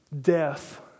death